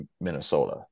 Minnesota